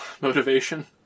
motivation